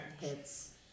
hits